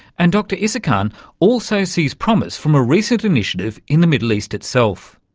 and dr isakhan also sees promise from a recent initiative in the middle east itself.